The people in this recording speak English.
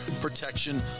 protection